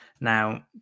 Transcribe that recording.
Now